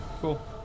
cool